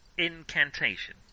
Incantation